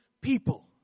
people